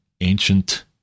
ancient